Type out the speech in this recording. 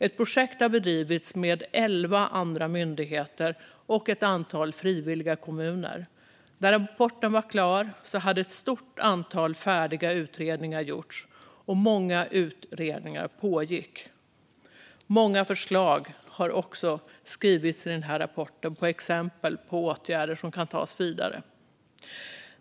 Ett projekt har bedrivits med elva andra myndigheter och ett antal frivilliga kommuner. När rapporten var klar hade ett stort antal utredningar färdigställts, och många utredningar pågick. I rapporten finns många exempel på vidare åtgärder.